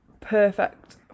perfect